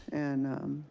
and,